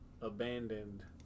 abandoned